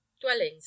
dwellings